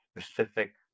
specific